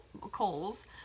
coals